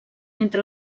entre